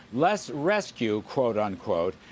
less rescue quote unquote,